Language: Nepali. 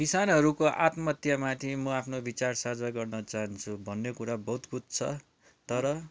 किसानहरूको आत्महत्यामाथि म आफ्नो विचार साझा गर्न चाहन्छु भन्ने कुरा बहुत कुछ छ तर